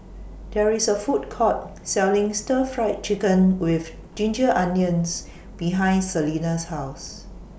There IS A Food Court Selling Stir Fried Chicken with Ginger Onions behind Selena's House